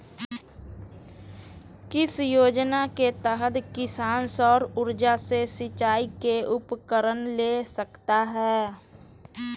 किस योजना के तहत किसान सौर ऊर्जा से सिंचाई के उपकरण ले सकता है?